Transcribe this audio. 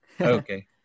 Okay